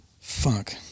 fuck